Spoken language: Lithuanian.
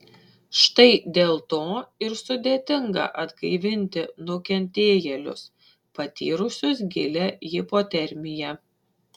štai dėl to ir sudėtinga atgaivinti nukentėjėlius patyrusius gilią hipotermiją